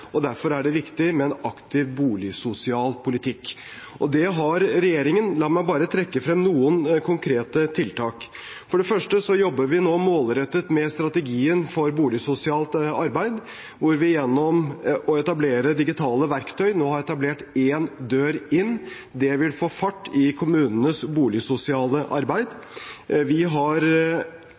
og derfor er det viktig med en aktiv boligsosial politikk. Det har regjeringen. La meg bare trekke frem noen konkrete tiltak. For det første jobber vi nå målrettet med strategien for boligsosialt arbeid, hvor vi gjennom å etablere digitale verktøy nå har etablert én dør inn. Det vil få fart i kommunenes boligsosiale arbeid. Vi har